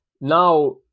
now